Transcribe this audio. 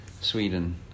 Sweden